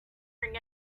bring